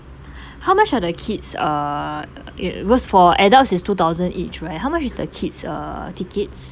how much are the kids uh y~ because for adults is two thousand each right how much is the kids uh tickets